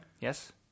yes